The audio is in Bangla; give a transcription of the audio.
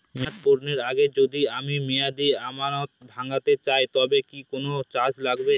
মেয়াদ পূর্ণের আগে যদি আমি মেয়াদি আমানত ভাঙাতে চাই তবে কি কোন চার্জ লাগবে?